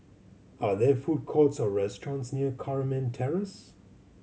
are there food courts or restaurants near Carmen Terrace